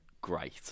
great